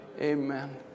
Amen